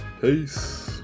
peace